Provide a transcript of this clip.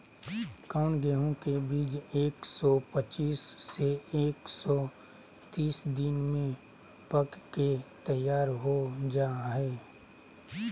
कौन गेंहू के बीज एक सौ पच्चीस से एक सौ तीस दिन में पक के तैयार हो जा हाय?